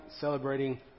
celebrating